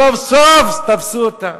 סוף-סוף תפסו אותה.